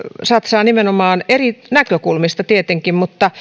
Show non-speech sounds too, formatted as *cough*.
satsaavat nimenomaan eri näkökulmista tietenkin mutta *unintelligible*